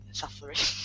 suffering